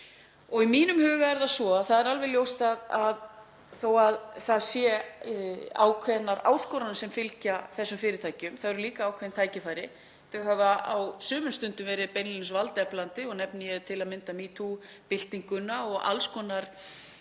Í mínum huga er alveg ljóst að þó að það séu ákveðnar áskoranir sem fylgja þessum fyrirtækjum þá eru líka ákveðin tækifæri. Þau hafa á sumum stundum verið beinlínis valdeflandi, og nefni ég til að mynda metoo-byltinguna og alls konar